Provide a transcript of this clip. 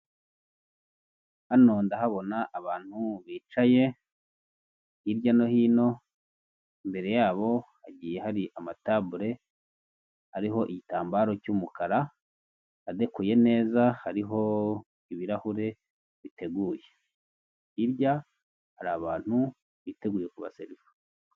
Hano ndahabona abantu bicaye, hirya no hino mbere yabo hagiye hari amatabure ariho igitambaro cy'umukara adekuye neza hariho ibirahure biteguye, hirya hari abantu biteguye kuba seriva.